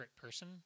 person